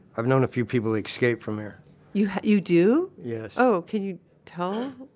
i've known a few people that escaped from here you you do? yes oh! can you tell?